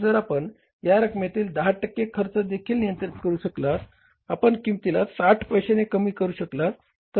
जर आपण या रकमेमधील 10 टक्के खर्च देखील नियंत्रित करू शकलो तर आपण किंमतीला 60 पैश्याने कमी करू शकतो